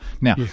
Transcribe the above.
Now